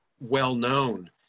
well-known